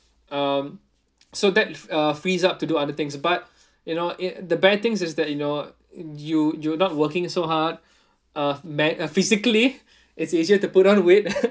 um so that uh frees up to do other things but you know i~ the bad things is that you know you you're not working so hard uh m~ physically it's easier to put on weight